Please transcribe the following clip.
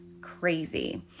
Crazy